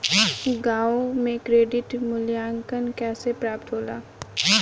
गांवों में क्रेडिट मूल्यांकन कैसे प्राप्त होला?